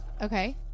okay